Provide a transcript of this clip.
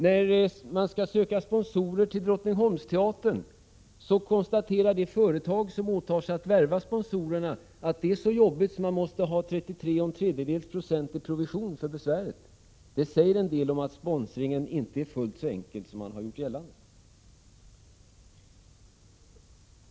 När man skall söka sponsorer till Drottningholmsteatern, konstaterar det företag som åtar sig att värva sponsorerna att det är så jobbigt att man måste ha 33 1/3 26 i provision för besväret. Det säger en del om att sponsringen inte är fullt så enkel som man har gjort gällande.